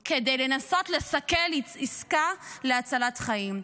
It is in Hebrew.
הממשלה כדי לנסות לסכל עסקה להצלת חיים.